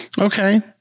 Okay